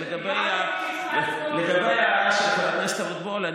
לגבי ההערה של חבר הכנסת אבוטבול,